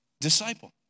disciple